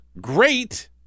great